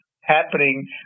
happening